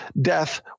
death